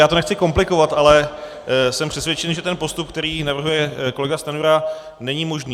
Já to nechci komplikovat, ale jsem přesvědčen, že ten postup, který navrhuje kolega Stanjura, není možný.